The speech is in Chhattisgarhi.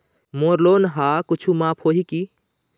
मोर लोन हा कुछू माफ होही की?